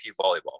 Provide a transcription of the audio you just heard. volleyball